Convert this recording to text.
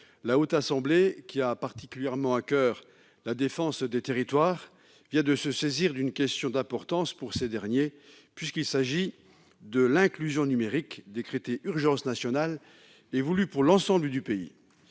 La Haute Assemblée, qui a particulièrement à coeur la défense des territoires, vient de se saisir d'une question d'importance pour ces derniers : celle de l'inclusion numérique, décrétée urgence nationale et voulue pour l'ensemble du pays.